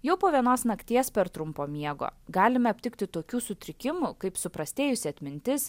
jau po vienos nakties per trumpo miego galime aptikti tokių sutrikimų kaip suprastėjusi atmintis